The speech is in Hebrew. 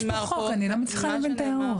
יש פה חוק, אני לא מצליחה להבין מה את אומרת.